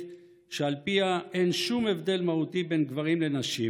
שעל פיה אין שום הבדל מהותי בין גברים לנשים,